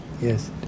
yes